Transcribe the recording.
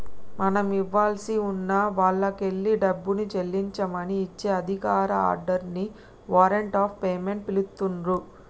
మనం ఇవ్వాల్సి ఉన్న వాల్లకెల్లి డబ్బుని చెల్లించమని ఇచ్చే అధికారిక ఆర్డర్ ని వారెంట్ ఆఫ్ పేమెంట్ పిలుత్తున్రు